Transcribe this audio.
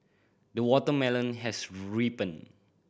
the watermelon has ripened